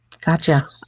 Gotcha